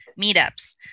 meetups